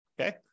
okay